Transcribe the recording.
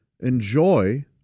enjoy